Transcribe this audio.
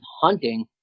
hunting